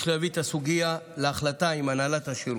יש להביא את הסוגיה להחלטה עם הנהלת השירות.